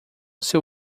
seu